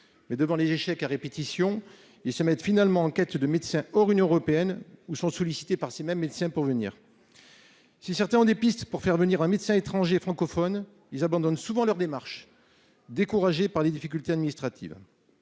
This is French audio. Mais devant les échecs à répétition, ils se mettent finalement en quête de médecins hors Union européenne, quand ils ne sont pas sollicités par ces mêmes médecins. Ceux d'entre eux qui ont des pistes pour faire venir un médecin étranger francophone abandonnent souvent leurs démarches, lassés des difficultés administratives.